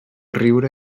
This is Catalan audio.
riure